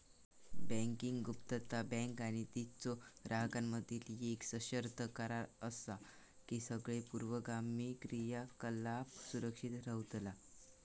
banking गुप्तता, bank आणि तिच्यो ग्राहकांमधीलो येक सशर्त करार असा की सगळे पूर्वगामी क्रियाकलाप सुरक्षित रव्हतला